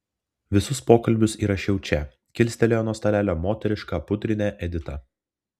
visus pokalbius įrašiau čia kilstelėjo nuo stalelio moterišką pudrinę edita